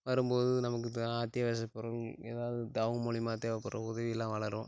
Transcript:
வரும் போது நமக்கு தா அத்தியாவசிய பொருள் ஏதாவது தகவல் மூலயமா தேவைப்பட்ற உதவிகள்லாம் வளரும்